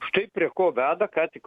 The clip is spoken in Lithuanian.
štai prie ko veda ką tik